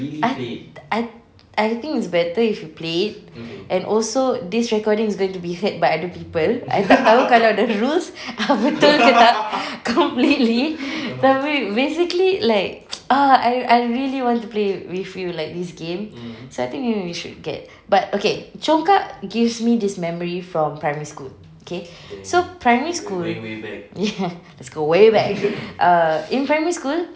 I I I think it's better if you play it and also this recording is going to be vet by other people I tak tahu kalau the rules betul ke tak completely tapi basically like ah I I really want to play with you like this game so maybe I think we should get but okay congkak gives me this memory from primary school okay so primary school ya let's go way back in primary school